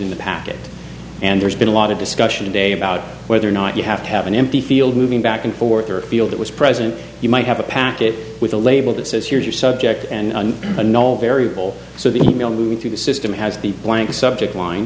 in the packet and there's been a lot of discussion today about whether or not you have to have an empty field moving back and forth or a field that was present you might have a packet with a label that says here's your subject and an old variable so the e mail moving through the system has to be blank subject line